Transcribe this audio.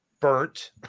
burnt